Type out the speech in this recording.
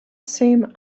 same